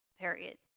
Period